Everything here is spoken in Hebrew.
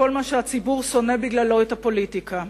לכל מה שהציבור שונא בגללו את הפוליטיקה.